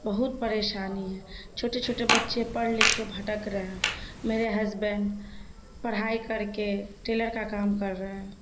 بہت پریشانی ہے چھوٹے چھوٹے بچے پڑھ لکھ کے بھٹک رہے ہیں میرے ہسبینڈ پڑھائی کر کے ٹیلر کا کام کر رہے ہیں